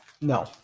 no